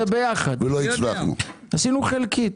עשינו את זה ביחד, עשינו חלקית.